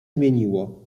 zmieniło